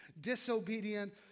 disobedient